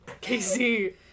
Casey